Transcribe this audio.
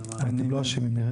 אתם לא אשמים.